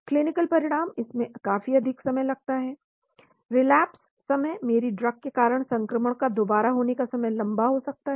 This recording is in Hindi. क्लिनिकल परिणाम इसमें काफी अधिक समय लगता है रिलेप्स समय मेरी ड्रग के कारण संक्रमण का दोबारा होने का समय लंबा हो जाता है